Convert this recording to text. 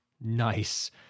Nice